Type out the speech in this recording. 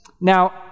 Now